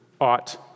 ought